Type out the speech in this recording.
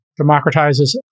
democratizes